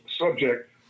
subject